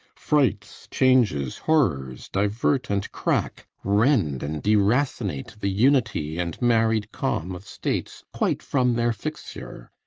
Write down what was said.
frights, changes, horrors, divert and crack, rend and deracinate, the unity and married calm of states quite from their fixture! o,